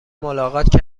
ملاقات